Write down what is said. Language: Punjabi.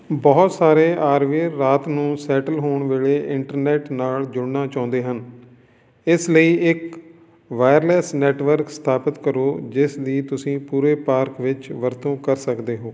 ਬਹੁਤ ਸਾਰੇ ਆਰਵੀਅਰ ਰਾਤ ਨੂੰ ਸੈਟਲ ਹੋਣ ਵੇਲੇ ਇੰਟਰਨੈੱਟ ਨਾਲ ਜੁੜਨਾ ਚਾਹੁੰਦੇ ਹਨ ਇਸ ਲਈ ਇੱਕ ਵਾਇਰਲੈੱਸ ਨੈੱਟਵਰਕ ਸਥਾਪਿਤ ਕਰੋ ਜਿਸ ਦੀ ਤੁਸੀਂ ਪੂਰੇ ਪਾਰਕ ਵਿੱਚ ਵਰਤੋਂ ਕਰ ਸਕਦੇ ਹੋ